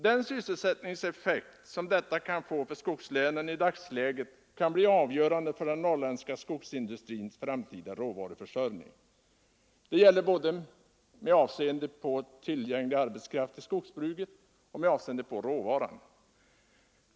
Den sysselsättningseffekt som detta i dagsläget kan få i skogslänen kan bli avgörande för den norrländska skogsindustrins framtida råvaruförsörjning. Detta gäller både med avseende på tillgänglig arbetskraft i skogsbruket och med avseende på råvaran.